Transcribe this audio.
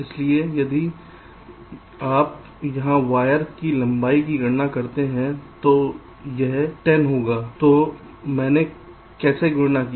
इसलिए यदि आप यहां वायर की लंबाई की गणना करते हैं तो यह 10 पर आता है तो मैंने कैसे गणना की